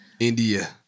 India